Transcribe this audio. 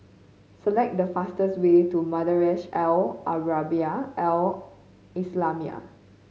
select the fastest way to Madrasah Al Arabiah Al Islamiah